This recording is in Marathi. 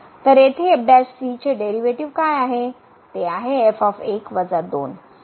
तर येथे चे डेरीवेटीव काय आहे